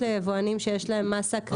ליבואנים שיש להם מסה קריטית של מוסכים.